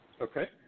okay